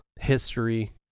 history